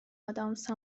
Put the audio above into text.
ادامس